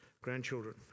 grandchildren